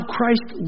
Christ